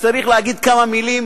צריך להגיד כמה מלים,